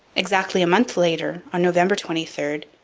exactly a month later, on november twenty three,